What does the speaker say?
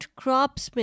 crops